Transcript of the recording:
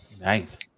nice